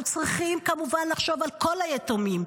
אנחנו צריכים כמובן לחשוב על כל היתומים.